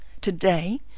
today